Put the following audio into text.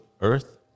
earth